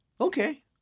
Okay